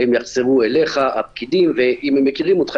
הפקידים יחזרו אליך ואם הם מכירים אותך